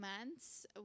months